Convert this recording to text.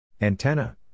Antenna